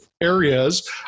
areas